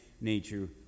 nature